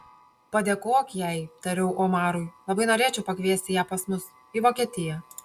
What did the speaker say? padėkok jai tariau omarui labai norėčiau pakviesti ją pas mus į vokietiją